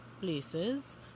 places